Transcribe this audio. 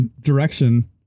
direction